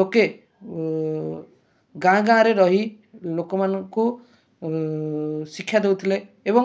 ଲୋକେ ଗାଁ ଗାଁରେ ରହି ଲୋକମାନଙ୍କୁ ଶିକ୍ଷା ଦେଉଥିଲେ ଏବଂ